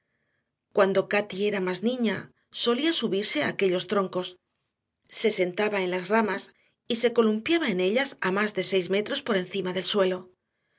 cuando cati era más niña solía subirse a aquellos troncos se sentaba en las ramas y se columpiaba en ellas a más de seis metros por encima del suelo